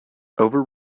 over